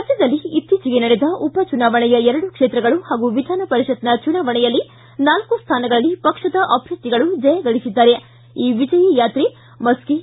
ರಾಜ್ಞದಲ್ಲಿ ಇತ್ತಿಚಿಗೆ ನಡೆದ ಉಪಚುನಾವಣೆಯ ಎರಡು ಕ್ಷೇತ್ರಗಳು ಹಾಗೂ ವಿಧಾನ ಪರಿಷತ್ ಚುನಾವಣೆಯಲ್ಲಿ ನಾಲ್ಲು ಸ್ಥಾನಗಳಲ್ಲಿ ಪಕ್ಷದ ಅಭ್ವರ್ಥಿಗಳು ಜಯಗಳಿಸಿದ್ದಾರೆ ಈ ವಿಜಯಿಯಾತ್ರೆ ಮಸ್ಕಿ